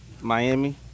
Miami